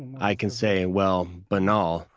i can say, well, banal,